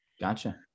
Gotcha